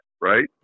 right